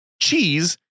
cheese